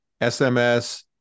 sms